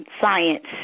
science